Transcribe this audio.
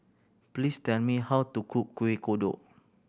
please tell me how to cook Kuih Kodok